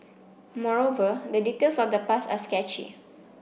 moreover the details of the past are sketchy